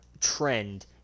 trend